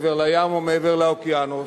מעבר לים או מעבר לאוקיינוס,